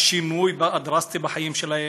השינוי הדרסטי בחיים שלהם,